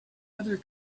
other